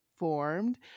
Formed